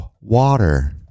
water